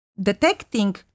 detecting